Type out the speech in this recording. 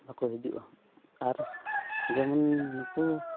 ᱵᱟᱠᱚ ᱦᱤᱡᱩᱜᱼᱟ ᱟᱨ ᱡᱮᱢᱚᱱ ᱱᱩᱠᱩ